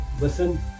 listen